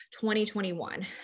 2021